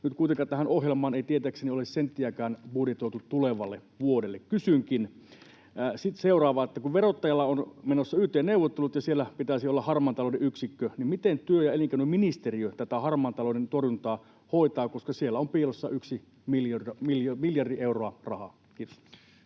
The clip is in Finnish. Nyt kuitenkaan tähän ohjelmaan ei tietääkseni ole senttiäkään budjetoitu tulevalle vuodelle. Kysynkin seuraavaa: kun verottajalla on menossa yt-neuvottelut ja siellä pitäisi olla harmaan talouden yksikkö, niin miten työ- ja elinkeinoministeriö tätä harmaan talouden torjuntaa hoitaa? Siellä on piilossa miljardi euroa rahaa.